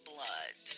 Blood